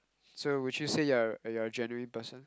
so would you say you're you're a genuine person